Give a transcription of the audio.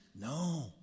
No